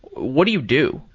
what do you do?